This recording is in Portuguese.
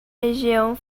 região